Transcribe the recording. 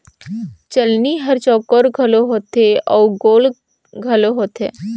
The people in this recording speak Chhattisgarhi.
चलनी हर चउकोर घलो होथे अउ गोल घलो होथे